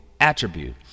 attribute